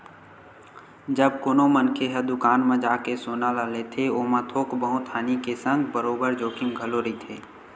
जब कोनो मनखे ह दुकान म जाके सोना ल लेथे ओमा थोक बहुत हानि के संग बरोबर जोखिम घलो रहिथे